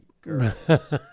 girls